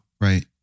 Right